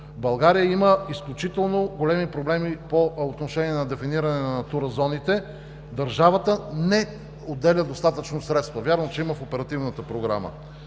България има изключително големи проблеми по отношение на дефиниране на натурзоните – държавата не отделя достатъчно средства. Вярвам, че има в Оперативната програма.